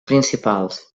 principals